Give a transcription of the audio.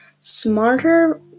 smarter